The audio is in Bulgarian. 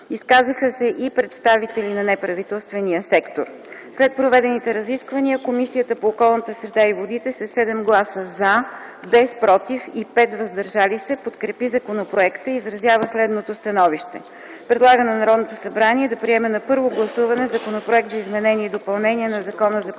Изказаха се и представители на неправителствения сектор. „След проведените разисквания, Комисията по околната среда и водите с 7 гласа „за”, без ”против” и 5 „въздържали се”, подкрепи законопроекта и изразява следното становище: Предлага на Народното събрание да приеме на първо гласуване Законопроект за изменение и допълнение на Закона за подземните